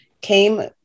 came